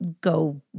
go